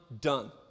done